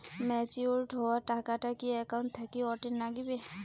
Matured হওয়া টাকাটা কি একাউন্ট থাকি অটের নাগিবে?